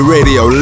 Radio